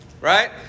Right